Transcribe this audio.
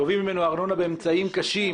גובים ממנו ארנונה באמצעים קשים,